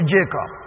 Jacob